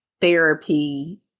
therapy